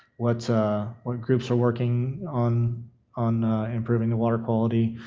what what groups are working on on improving the water quality,